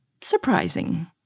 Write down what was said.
surprising